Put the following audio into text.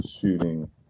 shooting